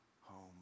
home